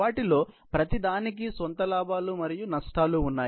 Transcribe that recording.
వాటిలో ప్రతి దానికి స్వంత లాభాలు మరియు నష్టాలు ఉన్నాయి